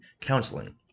counseling